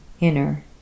inner